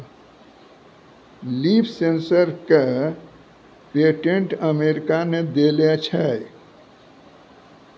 Leaf sensor क patent America ने देलें छै?